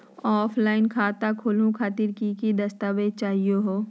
Offline खाता खोलहु खातिर की की दस्तावेज चाहीयो हो?